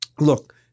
look